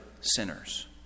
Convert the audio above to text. sinners